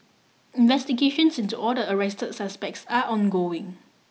investigations into all the arrested suspects are ongoing